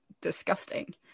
disgusting